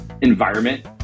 environment